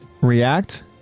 react